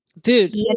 Dude